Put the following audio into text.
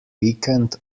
weekend